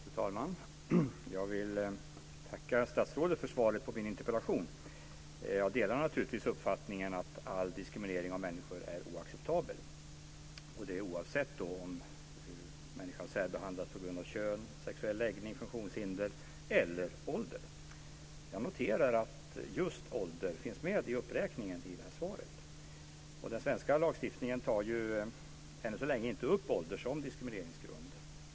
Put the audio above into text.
Fru talman! Jag vill tacka statsrådet för svaret på min interpellation. Naturligtvis delar jag uppfattningen att all diskriminering av människor är oacceptabel, oavsett om människor särbehandlas på grund av kön, sexuell läggning, funktionshinder eller ålder. Jag noterar att just ålder finns med i uppräkningen i svaret. I den svenska lagstiftningen tas ju än så länge inte ålder upp som diskrimineringsgrund.